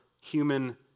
human